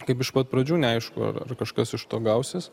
kaip iš pat pradžių neaišku ar ar kažkas iš to gausis